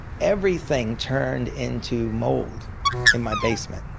everything turned into mold in my basement.